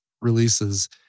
releases